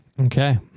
Okay